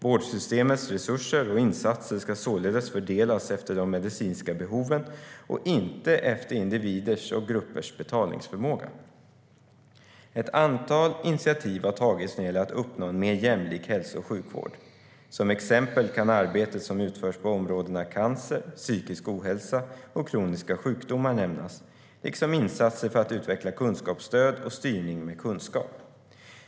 Vårdsystemets resurser och insatser ska således fördelas efter de medicinska behoven och inte efter individers och gruppers betalningsförmåga. Ett antal initiativ har tagits när det gäller att uppnå en mer jämlik hälso och sjukvård. Som exempel kan arbetet som utförs på områdena cancer, psykisk ohälsa och kroniska sjukdomar nämnas, liksom insatser för att utveckla kunskapsstöd och styrning med kunskap.